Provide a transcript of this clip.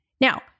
Now